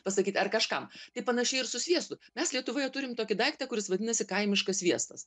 pasakyt ar kažkam tai panašiai ir su sviestu mes lietuvoje turim tokį daiktą kuris vadinasi kaimiškas sviestas